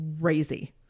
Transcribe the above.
crazy